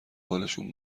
بالشونم